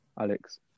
Alex